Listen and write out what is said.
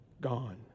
Gone